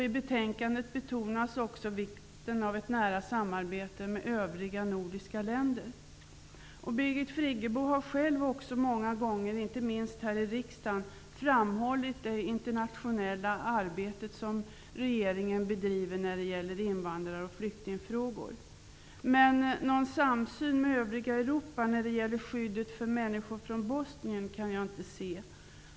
I betänkandet betonas också vikten av ett nära samarbete med övriga nordiska länder. Birgit Friggebo har också själv många gånger, inte minst här i riksdagen, framhållit det internationella arbete som regeringen bedriver när det gäller invandrar och flyktingfrågor. Men någon samsyn med övriga Europa när det gäller skyddet för människor från Bosnien kan jag inte se.